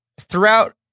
Throughout